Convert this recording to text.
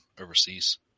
overseas